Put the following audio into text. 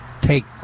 take